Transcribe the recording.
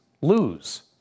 lose